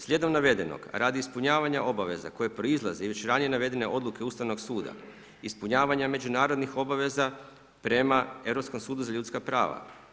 Slijedom navedenog, radi ispunjavanja obaveza koje proizlaze i već ranije navedene odluke Ustavnog suda i ispunjavanje međunarodnih obaveza prema Europskom sudu za ljudskom prava.